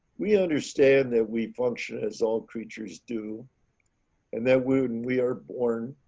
we understand that we function as all creatures do and that when we are born,